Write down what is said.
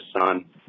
Son